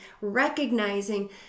recognizing